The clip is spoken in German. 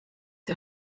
der